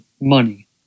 Money